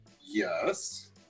Yes